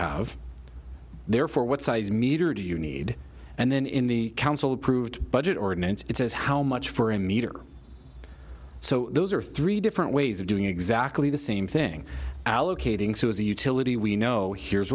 have therefore what size meter do you need and then in the council approved budget ordinance it says how much for him either so those are three different ways of doing exactly the same thing allocating so as a utility we know here's